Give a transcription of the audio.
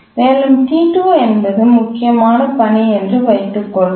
மேலும் T2 என்பது முக்கியமான பணி என்று வைத்துக் கொள்வோம்